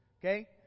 Okay